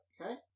Okay